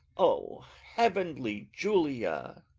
o heavenly julia!